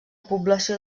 població